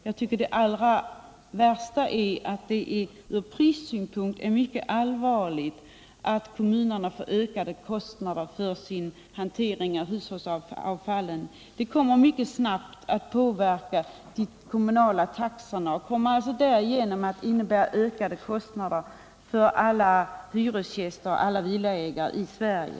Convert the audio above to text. Jag tycker det värsta är att det från prissynpunkt är mycket allvarligt att kommunerna får ökade kostnader för sin hantering av hushållsavfallet. Det kommer mycket snabbt att påverka de kommunala taxorna och kommer alltså därigenom att innebära ökade kostnader för alla hyresgäster och villaägare i Sverige.